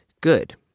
good